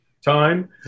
time